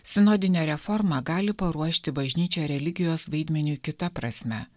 sinodinė reforma gali paruošti bažnyčią religijos vaidmeniui kita prasme